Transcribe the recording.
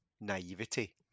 naivety